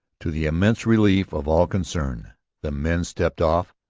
to the immense relief of all concerned the men stepped off,